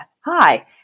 hi